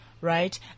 right